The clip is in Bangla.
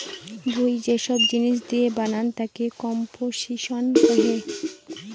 ভুঁই যে সব জিনিস দিয়ে বানান তাকে কম্পোসিশন কহে